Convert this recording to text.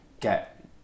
get